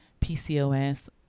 pcos